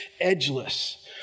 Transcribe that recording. edgeless